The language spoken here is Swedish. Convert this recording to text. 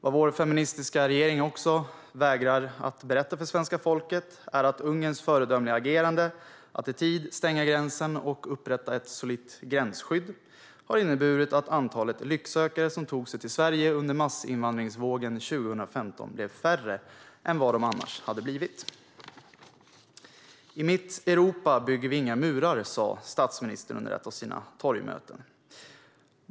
Vad vår feministiska regering också vägrar att berätta för svenska folket är att Ungerns föredömliga agerande att i tid stänga gränsen och upprätta ett solitt gränsskydd har inneburit att antalet lycksökare som tog sig till Sverige under massinvandringsvågen 2015 blev färre än vad de annars hade blivit. I mitt Europa bygger vi inga murar, sa statsministern under ett av sina torgmöten.